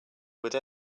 would